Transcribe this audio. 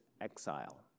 exile